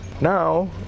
Now